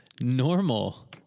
Normal